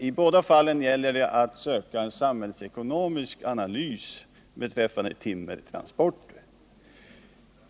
I båda fallen gäller det att försöka åstadkomma en samhällsekonomisk analys beträffande timmertransporterna.